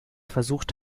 versucht